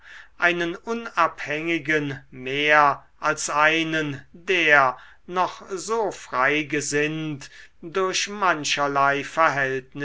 einen unabhängigen mehr als einen der noch so frei gesinnt durch mancherlei verhältnisse